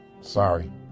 Sorry